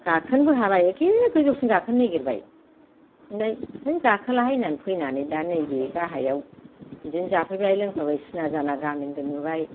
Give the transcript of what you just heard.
गाखोनोबो हाबाय एखे गोजौसिन गाखोनो नागिरबाय ओमफ्राय है गाखोलाहाय होननानै फैनानै दा नैबे गाहायाव बिदिनो जाफैबाय लोंफैबाय सिना जाना गामिनिबो नुबाय